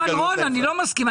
רון, אני לא מסכים.